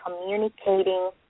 communicating